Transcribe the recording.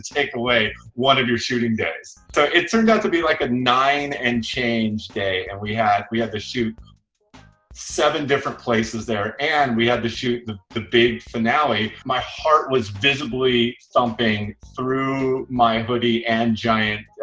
take away one of your shooting days. so it turned out to be, like, a nine and change day and we had we had to shoot seven different places there and we had to shoot the-the big finale. my heart was visibly thumping through my hoodie and giant,